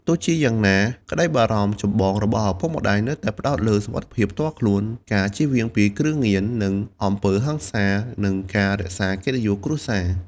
ទោះជាយ៉ាងណា ក្តីបារម្ភចម្បងរបស់ឪពុកម្តាយនៅតែផ្តោតលើ សុវត្ថិភាពផ្ទាល់ខ្លួន ការជៀសវាងពី គ្រឿងញៀន និង អំពើហិង្សា និងការរក្សា កិត្តិយសគ្រួសារ ។